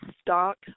stock